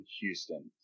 Houston